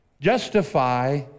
Justify